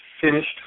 finished